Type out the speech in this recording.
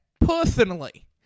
personally